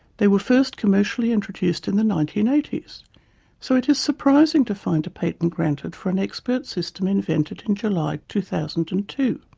they were first commercially introduced in the nineteen eighty s so it is surprising to find a patent granted for an expert system invented in july two thousand and two.